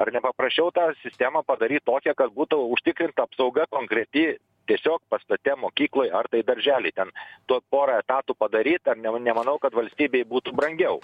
ar nepapraščiau tą sistemą padaryt tokią kad būtų užtikrinta apsauga konkreti tiesiog pastate mokykloj ar tai daržely ten tuos pora etatų padaryt ar ne nemanau kad valstybei būtų brangiau